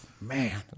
man